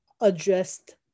addressed